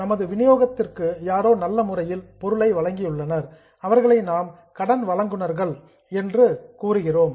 நமது விநியோகத்திற்கு யாரோ நல்ல முறையில் பொருளை வழங்கியுள்ளனர் அவர்களை நாம் கடன் வழங்குநர்கள் என்று கூறுகிறோம்